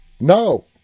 No